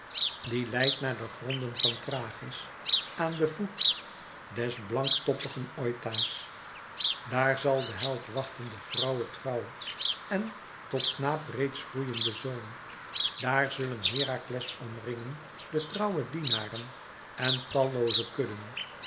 die leidt naar de gronden van thrachis aan den voet des blanktoppigen oita's dàar zal den held wachten de vrouwe trouwen de tot knaap reeds groeiende zoon daar zullen herakles omringen de trouwe dienaren en tallooze kudden